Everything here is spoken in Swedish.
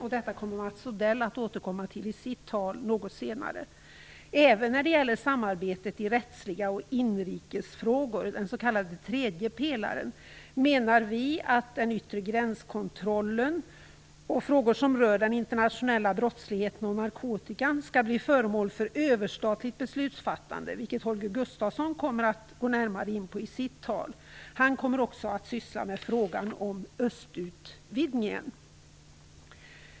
Det kommer Mats Odell att återkomma till i sitt anförande litet senare. Även när det gäller samarbetet i rättsliga frågor och i inrikesfrågor, den s.k. tredje pelaren, menar vi att den yttre gränskontrollen och frågor som rör den internationella brottsligheten och narkotikan skall bli föremål för överstatligt beslutsfattande. Det kommer Holger Gustafsson att gå in på i sitt anförande. Han kommer också att ta upp frågan om östutvidgningen.